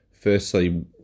firstly